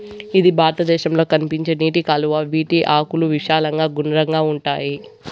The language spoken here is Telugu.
ఇది భారతదేశంలో కనిపించే నీటి కలువ, వీటి ఆకులు విశాలంగా గుండ్రంగా ఉంటాయి